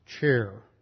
chair